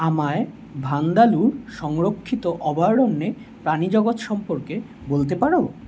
আমায় ভান্দালুর সংরক্ষিত অভয়ারণ্যে প্রাণী জগৎ সম্পর্কে বলতে পারো